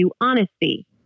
honesty